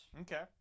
Okay